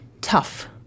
tough